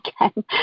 again